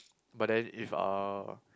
but then if uh